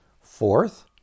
Fourth